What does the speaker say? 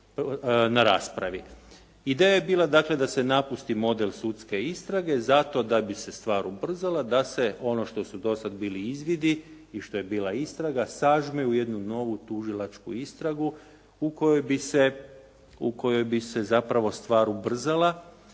na raspravi. Ideja je bila dakle da se napusti model sudske istrage zato da bi se stvar ubrzala, da se ono što su do sad bili izvidi i što je bila istraga sažme u jednu novu tužilačku istragu u kojoj bi se zapravo stvar ubrzala.